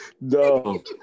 No